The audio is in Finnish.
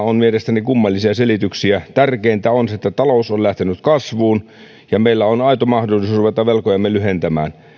on ovat mielestäni kummallisia selityksiä tärkeintä on se että talous on lähtenyt kasvuun ja meillä on aito mahdollisuus ruveta velkojamme lyhentämään